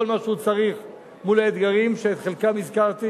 מה שהוא צריך מול האתגרים שאת חלקם הזכרתי